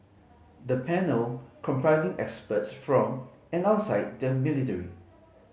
the panel comprising experts from and outside the military